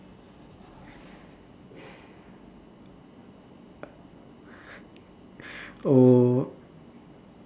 oh